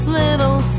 little